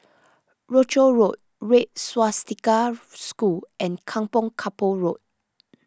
Rochor Road Red Swastika School and Kampong Kapor Road